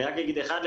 אני רק אגיד אחד,